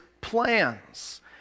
plans